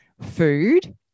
food